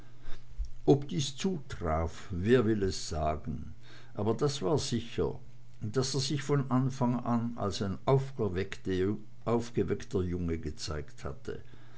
ob dies zutraf wer will es sagen aber das war sicher daß er sich von anfang an als ein aufgeweckter junge gezeigt hatte